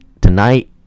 tonight